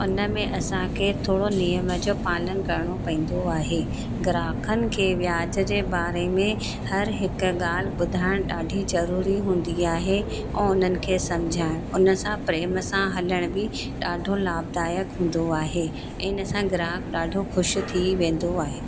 उनमें असांखे थोरो नियम जो पालन करिणो पवंदो आहे ग्राहकनि खे व्याज जे बारे में हर हिक ॻाल्हि ॿुधाइण ॾाढी जरूरी हूंदी आहे ऐं उन्हनि खे सम्झाइण उन सां प्रेम सां हलण बि ॾाढो लाभदायक हूंदो आहे इनसां ग्राहक ॾाढो ख़ुशि थी वेंदो आहे